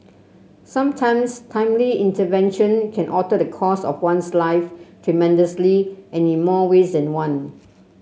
sometimes timely intervention can alter the course of one's life tremendously and in more ways than one